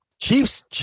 Chiefs